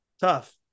tough